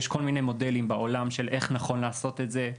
יש כל מיני מודלים בעולם של איך נכון לעשות את זה,